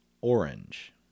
orange